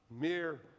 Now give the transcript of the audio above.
mere